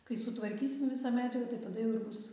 kai sutvarkysim visą medžiagą tai tada jau ir bus